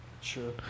Sure